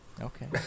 Okay